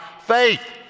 faith